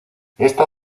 esta